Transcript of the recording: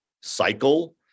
cycle